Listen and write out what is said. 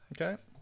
Okay